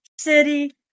city